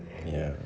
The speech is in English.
ya